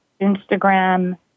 Instagram